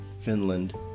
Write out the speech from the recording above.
Finland